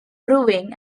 brewing